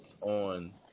on